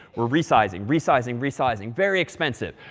we're resizing, resizing, resizing. very expensive.